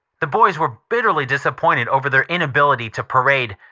the boys were bitterly disappointed over their inability to parade.